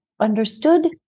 understood